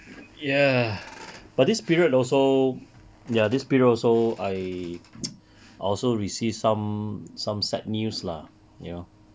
ya but this period also ya this period also I I also received some some sad news lah you know